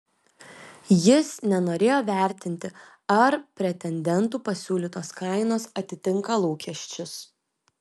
jis nenorėjo vertinti ar pretendentų pasiūlytos kainos atitinka lūkesčius